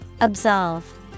Absolve